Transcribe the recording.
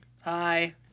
Hi